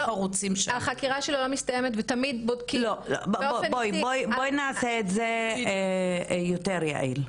החקירה שלו לא מסתיימת ותמיד בודקים --- בואי נעשה את זה יותר יעיל.